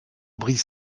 brises